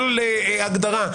כל הגדרה,